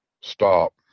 stop